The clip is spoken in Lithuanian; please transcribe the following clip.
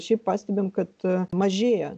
šiaip pastebim kad mažėja